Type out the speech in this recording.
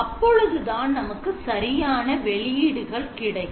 அப்பொழுதுதான் நமக்கு சரியான வெளியீடுகள் கிடைக்கும்